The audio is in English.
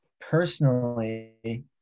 personally